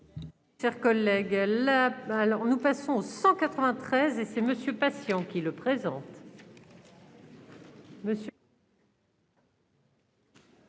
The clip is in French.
Merci